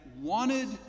wanted